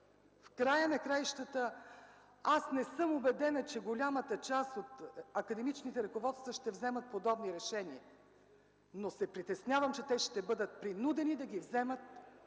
В края на краищата аз не съм убедена, че голямата част от академичните ръководства ще вземат подобни решения, но се притеснявам, че те ще бъдат принудени да ги вземат,